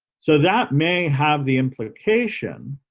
so that may have the implication